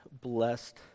blessed